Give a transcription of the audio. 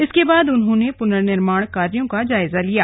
इसके बाद उन्होंने पुनर्निर्माण कार्यो का जायजा लिया